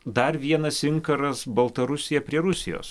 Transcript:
dar vienas inkaras baltarusija prie rusijos